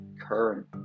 current